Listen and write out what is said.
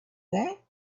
that